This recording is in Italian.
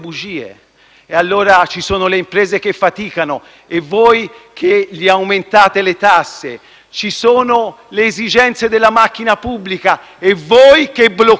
C'è la cultura, la scuola, l'università, la ricerca, che voi penalizzate con grande forza e determinazione. Non sarà un caso.